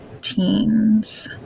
teens